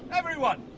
everyone,